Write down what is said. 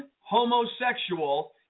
homosexual